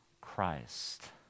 Christ